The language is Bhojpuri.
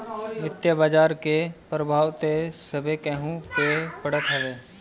वित्तीय बाजार कअ प्रभाव तअ सभे केहू पअ पड़त हवे